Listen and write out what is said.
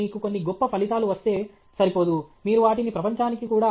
మీకు కొన్ని గొప్ప ఫలితాలు వస్తే సరిపోదు మీరు వాటిని ప్రపంచానికి కూడా